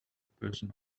person